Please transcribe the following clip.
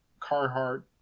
Carhartt